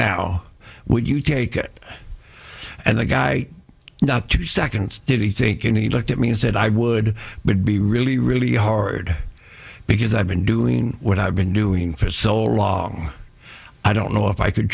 now would you take it and the guy not two seconds did he think and he looked at me and said i would but be really really hard because i've been doing what i've been doing for so long i don't know if i could